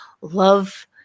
love